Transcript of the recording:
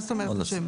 מה זאת אומרת השם?